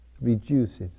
reduces